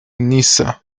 niza